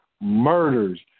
murders